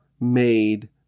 made